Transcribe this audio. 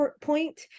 point